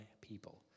people